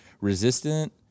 resistant